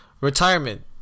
retirement